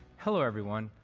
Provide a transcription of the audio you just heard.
hello, everyone.